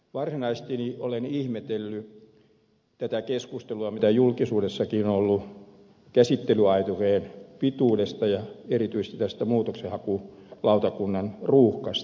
varsinaisesti olen ihmetellyt tätä keskustelua mitä julkisuudessakin on ollut käsittelyaikojen pituudesta ja erityisesti tästä muutoksenhakulautakunnan ruuhkasta